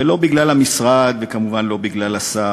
ולא בגלל המשרד וכמובן לא בגלל השר,